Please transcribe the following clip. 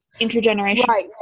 intergenerational